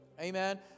Amen